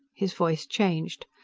his voice changed.